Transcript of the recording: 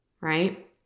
right